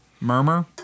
murmur